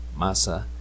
masa